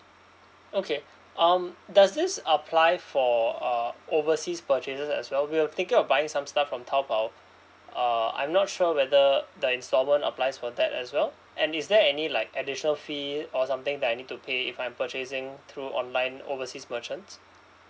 okay um does this apply for uh overseas purchases as well we were thinking of buying some stuff from Taobao uh I'm not sure whether the installment applies for that as well and is there any like additional fee or something that I need to pay if I'm purchasing through online overseas merchants